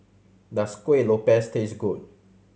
does Kueh Lopes taste good